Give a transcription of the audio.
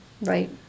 Right